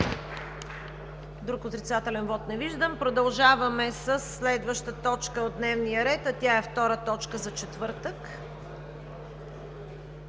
Друг отрицателен вот? Не виждам. Продължаваме със следващата точка от дневния ред, а тя е втората точка за четвъртък: